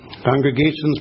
Congregation's